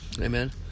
Amen